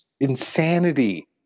insanity